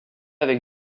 avec